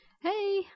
Hey